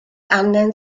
angen